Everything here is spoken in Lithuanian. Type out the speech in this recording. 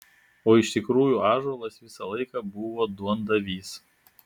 o iš tikrųjų ąžuolas visą laiką buvo duondavys